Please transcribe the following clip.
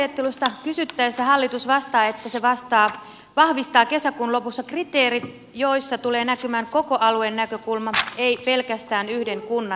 seutuajattelusta kysyttäessä hallitus vastaa että se vahvistaa kesäkuun lopussa kriteerit joissa tulee näkymään koko alueen näkökulma ei pelkästään yhden kunnan näkökulma